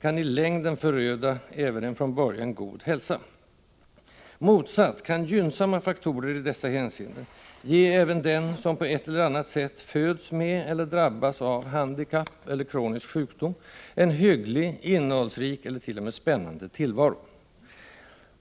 kan i längden föröda även en från början god hälsa. Motsatt, kan gynnsamma faktorer i dessa hänseenden ge även den som på ett eller annat sätt föds med, eller drabbas av, handikapp eller kronisk sjukdom en hygglig, innehållsrik eller t.o.m. spännande tillvaro.